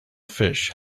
fish